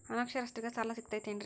ಅನಕ್ಷರಸ್ಥರಿಗ ಸಾಲ ಸಿಗತೈತೇನ್ರಿ?